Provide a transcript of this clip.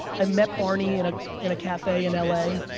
i met barney and ah in a cafe in l a,